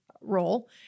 role